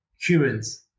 humans